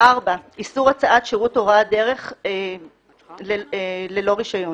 איסור הצעת שירות הוראת דרך ללא רישיון